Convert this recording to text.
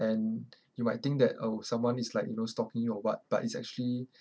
and you might think that oh someone is like you know stalking you or what but it's actually